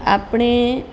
આપણે